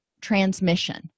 transmission